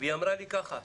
והיא אמרה לי כך: